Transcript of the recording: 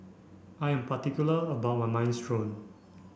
I am particular about my Minestrone